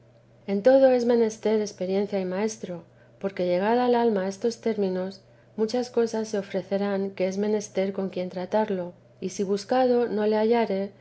en todo es menester experiencia y maestro porque llegada el alma a estos términos muchas cosas se ofrecen que es menester con quien tratarlo y si buscado no lo hallare